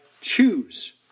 choose